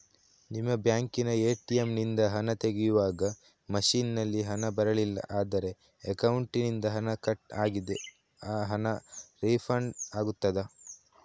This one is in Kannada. ನಿಮ್ಮ ಬ್ಯಾಂಕಿನ ಎ.ಟಿ.ಎಂ ನಿಂದ ಹಣ ತೆಗೆಯುವಾಗ ಮಷೀನ್ ನಲ್ಲಿ ಹಣ ಬರಲಿಲ್ಲ ಆದರೆ ಅಕೌಂಟಿನಿಂದ ಹಣ ಕಟ್ ಆಗಿದೆ ಆ ಹಣ ರೀಫಂಡ್ ಆಗುತ್ತದಾ?